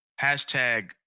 hashtag